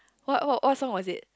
what what what song was it